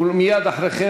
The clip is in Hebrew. ומייד אחרי כן,